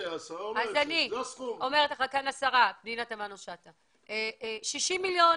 אז אני אומרת לך, 60 מיליון